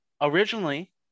originally